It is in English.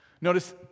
Notice